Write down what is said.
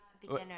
Beginner